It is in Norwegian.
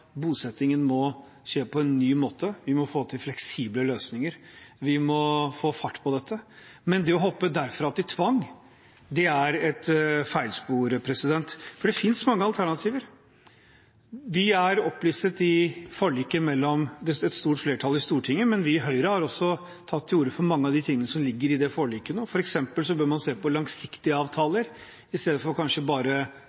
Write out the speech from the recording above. bosettingen må skje på en ny måte. Vi må få til fleksible løsninger, og vi må få fart på dette. Men det å hoppe derfra til tvang er et feilspor, for det finnes mange alternativer. De er opplistet i forliket til et stort flertall i Stortinget, men vi i Høyre har også tatt til orde for mange av de tingene som ligger i det forliket. For eksempel bør man se på langsiktige